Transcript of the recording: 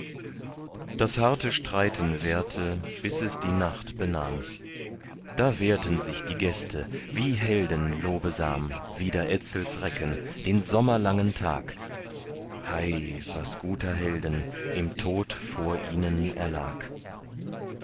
das harte streiten währte bis es die nacht benahm da wehrten sich die gäste wie helden lobesam wider etzels recken den sommerlangen tag hei was guter helden im tod vor ihnen erlag